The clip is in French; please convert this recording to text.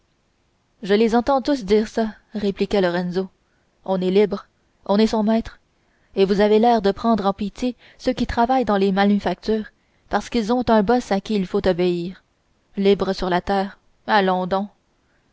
je les entends tous dire ça répliqua lorenzo on est libre on est son maître et vous avez l'air de prendre en pitié ceux qui travaillent dans les manufactures parce qu'ils ont un boss à qui il faut obéir libre sur la terre allons donc